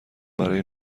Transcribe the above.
برای